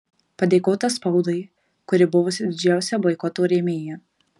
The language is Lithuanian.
padėkota spaudai kuri buvusi didžiausia boikoto rėmėja